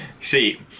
See